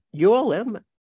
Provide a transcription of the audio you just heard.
ULM